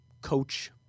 coach